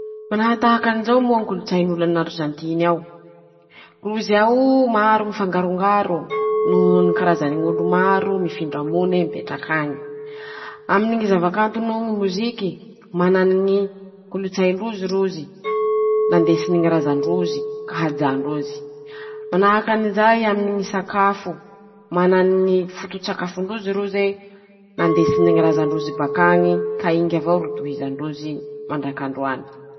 Manahatahaky anizao moa ñy kolotsain'olo an'arzantiny ao: -Rozy ao maro mifangarongaro noho ny ñy karazany ñ'olo maro mifindra mone mipetrak'añe; aminy ñy zava kanto noho ñy moziky ,manany ñy kolotsain-drozy rozy ,nandesiny ñy razan-drozy ka hajan-drozy ;manahaky anizay aminy ñy sakafo ,manany ñy foto-tsakafon-drozy roze ,nandesiny ñy razan-drozy bakañy ka ingy avao ro tohizan-drozy mandrak'androany.